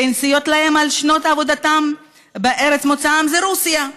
פנסיות על שנות עבודתם בארץ מוצאם זו רוסיה,